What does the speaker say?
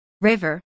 River